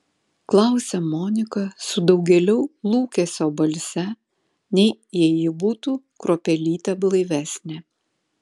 klausia monika su daugėliau lūkesio balse nei jei ji būtų kruopelytę blaivesnė